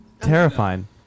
Terrifying